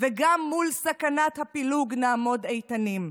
וגם מול סכנת הפילוג נעמוד איתנים,